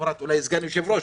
אולי סגן יושב-ראש.